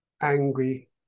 angry